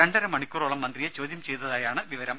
രണ്ടര മണിക്കൂറോളം മന്ത്രിയെ ചോദ്യം ചെയ്തതായാണ് വിവരം